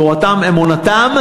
תורתם אומנותם,